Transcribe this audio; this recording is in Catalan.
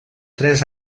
tres